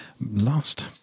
last